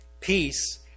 Peace